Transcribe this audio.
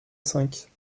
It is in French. cinq